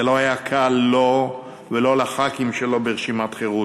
זה לא היה קל לו ולא לחברי הכנסת שלו ברשימת חרות,